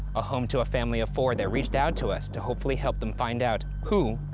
a home to a family of four that reached out to us to hopefully help them find out who,